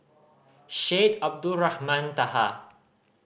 Syed Abdulrahman Taha